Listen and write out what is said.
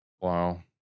wow